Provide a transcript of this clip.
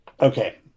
Okay